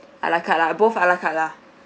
a la carte ah both a la carte ah